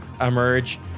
emerge